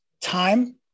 time